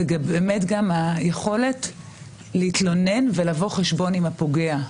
זה באמת גם היכולת להתלונן ולבוא חשבון עם הפוגע.